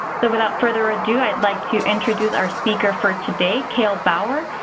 so without further ado, i'd like to introduce our speaker for today, kaile bower.